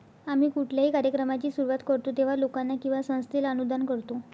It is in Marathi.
आम्ही कुठल्याही कार्यक्रमाची सुरुवात करतो तेव्हा, लोकांना किंवा संस्थेला अनुदान करतो